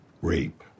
rape